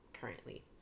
currently